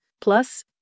plus